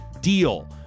deal